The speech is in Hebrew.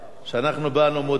אנחנו באנו מאותו מקום.